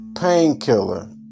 Painkiller